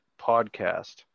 podcast